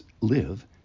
live